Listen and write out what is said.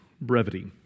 brevity